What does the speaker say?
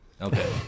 Okay